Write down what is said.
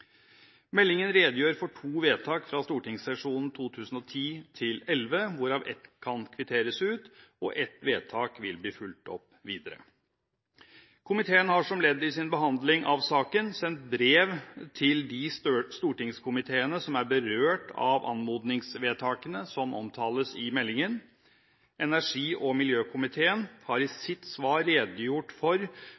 Meldingen redegjør for to vedtak fra stortingssesjonen 2010–2011, hvorav ett kan kvitteres ut, og ett vil bli fulgt opp videre. Komiteen har som ledd i sin behandling av saken, sendt brev til de stortingskomiteene som er berørt av anmodningsvedtakene som omtales i meldingen. Energi- og miljøkomiteen har i